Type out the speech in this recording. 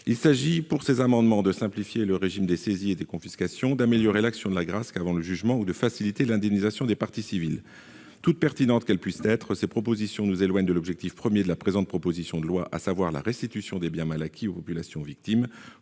L'objet de ces amendements est de simplifier le régime des saisies et confiscations, d'améliorer l'action de l'Agrasc avant le jugement ou de faciliter l'indemnisation des parties civiles. Aussi pertinentes qu'elles puissent être, ces propositions nous éloignent de l'objectif premier de la présente proposition de loi, à savoir la restitution des biens mal acquis aux populations victimes.